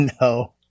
No